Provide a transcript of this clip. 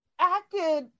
acted